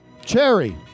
Cherry